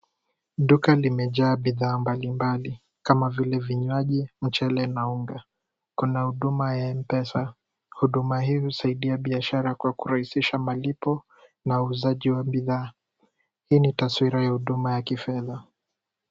Duka limejaa bidhaa mbalimbali kama vile vinywaji, mchele na unga. Kuna huduma ya M-pesa, huduma hii husaidia biashara kwa kurahisisha malipo na uuzaji wa bidhaa. Hii ni taswira ya huduma ya kifedha.